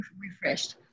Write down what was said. refreshed